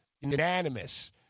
unanimous